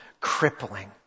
crippling